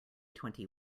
twenty